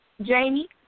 Jamie